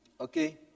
Okay